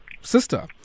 sister